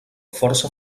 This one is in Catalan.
força